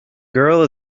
girl